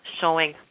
showing